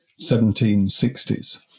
1760s